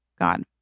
God